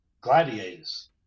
gladiators